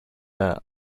are